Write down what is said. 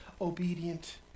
obedient